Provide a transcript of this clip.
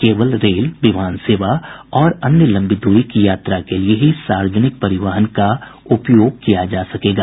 केवल रेल विमान सेवा और अन्य लंबी दूरी की यात्रा के लिए ही सार्वजनिक परिवहन का उपयोग किया जा सकेगा